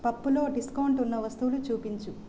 పప్పులో డిస్కౌంట్ ఉన్న వస్తువులు చూపించు